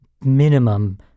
minimum